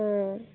অঁ